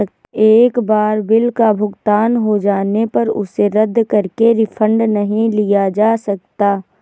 एक बार बिल का भुगतान हो जाने पर उसे रद्द करके रिफंड नहीं लिया जा सकता